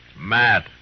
Matt